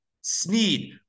Sneed